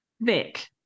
Vic